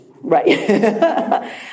Right